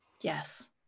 Yes